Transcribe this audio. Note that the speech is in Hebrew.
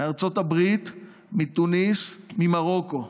מארצות הברית, מתוניס וממרוקו.